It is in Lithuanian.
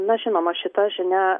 na žinoma šita žinia